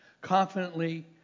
confidently